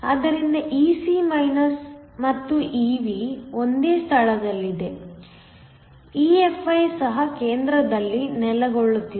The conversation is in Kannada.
ಆದ್ದರಿಂದ Ec ಮತ್ತು Ev ಒಂದೇ ಸ್ಥಳದಲ್ಲಿದೆ EFi ಸಹ ಕೇಂದ್ರದಲ್ಲಿ ನೆಲೆಗೊಳ್ಳುತ್ತದೆ